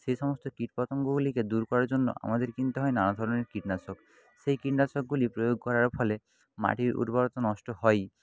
সেই সমস্ত কীটপতঙ্গগুলিকে দূর করার জন্য আমাদের কিনতে হয় নানা ধরনের কীটনাশক সেই কীটনাশকগুলি প্রয়োগ করার ফলে মাটির উর্বরতা নষ্ট হয়ই